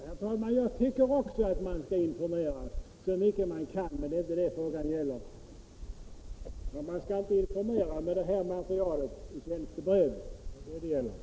Herr talman! Jag tycker också att man skall informera så mycket man kan — det är bara inte det frågan gäller. Men man skall inte informera med LO-nytt i tjänstebrev — det är det saken gäller.